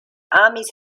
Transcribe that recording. armies